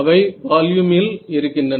அவை வால்யூமில் இருக்கின்றன